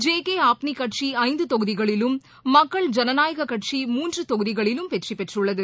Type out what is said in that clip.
J K Apni கட்சி ஐந்து தொகுதிகளிலும் மக்கள் ஜனநாயகக் கட்சி மூன்று தொகுதிகளிலும் வெற்றி பெற்றுள்ளது